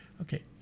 okay